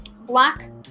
black